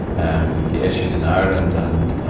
um, the issues in ireland and,